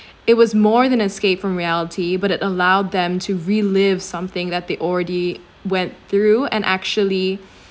it was more than escape from reality but it allowed them to relive something that they already went through and actually